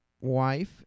wife